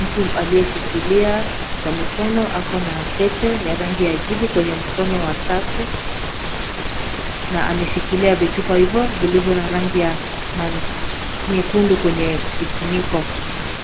Mtu aliyeshikilia kwa mikono ako na pete ya rangi ya jivu kwenye mkono wa tatu na ameshikilia vichupa hivyo vilivyo na rangi ya nyekundu kwenye kifuniko.